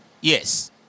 Yes